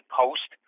post